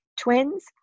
twins